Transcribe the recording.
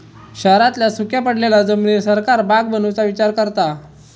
शहरांतल्या सुख्या पडलेल्या जमिनीर सरकार बाग बनवुचा विचार करता